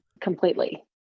completely